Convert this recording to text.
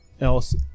else